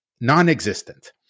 non-existent